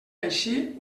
així